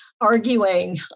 arguing